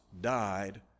died